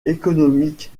économique